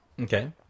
Okay